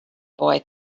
boy